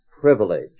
privilege